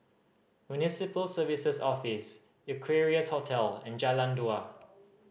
Municipal Services Office Equarius Hotel and Jalan Dua